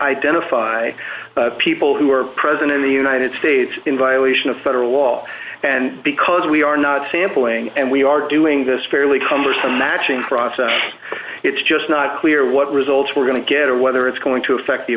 identify people who are present in the united states in violation of federal law and because we are not tabling and we are doing this fairly cumbersome matching process it's just not clear what results we're going to get or whether it's going to affect